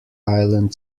island